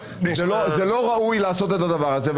זה לא ראוי לעשות את הדבר הזה,